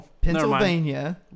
Pennsylvania